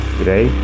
Today